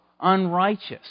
unrighteous